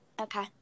Okay